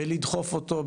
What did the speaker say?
בלדחוף אותו,